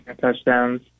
touchdowns